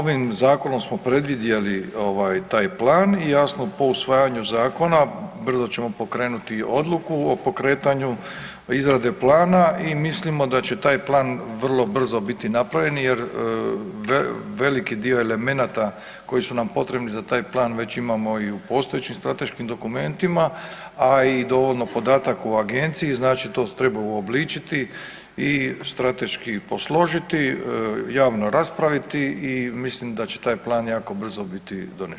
Ovim Zakonom smo predvidjeli taj Plan, jasno po usvajanju Zakona, brzo ćemo pokrenuti odluku o pokretanju izrade Plana i mislimo da će taj Plan vrlo brzo biti napravljan, jer veliki dio elemenata koji su nam potrebni za taj plan već imamo i u postojećim strateškim dokumentima, a i dovoljno podataka u Agenciji, znači to treba uobličiti i strateški posložiti, javno raspraviti i mislim da će taj plan jako brzo biti donesen.